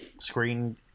screen